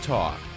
Talk